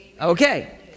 Okay